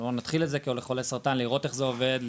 כלומר נתחיל את זה מחולי סרטן לראות איך זה עובד,